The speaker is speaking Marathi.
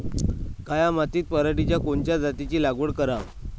काळ्या मातीत पराटीच्या कोनच्या जातीची लागवड कराव?